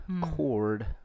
cord